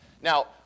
Now